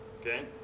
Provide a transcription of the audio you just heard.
Okay